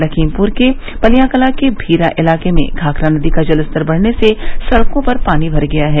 लखीमपुर के पलियाकलां के भीरा इलाके में घाधरा नदी का जलस्तर बढ़ने से सड़कों पर पानी भर गया है